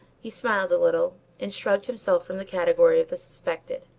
he smiled a little, and shrugged himself from the category of the suspected.